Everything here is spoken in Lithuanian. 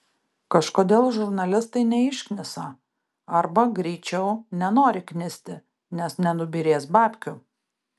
kažkodėl žurnalistai neišknisa arba greičiau nenori knisti nes nenubyrės babkių